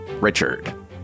Richard